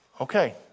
okay